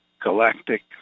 galactic